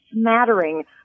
smattering